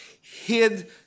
hid